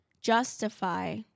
justify